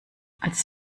als